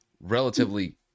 relatively